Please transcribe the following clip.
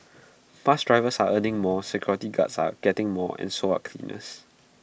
bus drivers are earning more security guards are getting more and so are cleaners